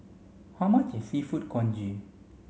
how much is seafood congee